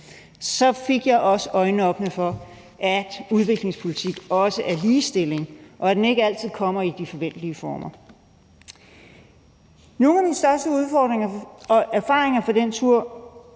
Så fik jeg også øjnene op for, at udviklingspolitik også er ligestilling, og at den ikke altid kommer i de forventelige former. Nogle af de største erfaringer fra den tur